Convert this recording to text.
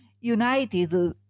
united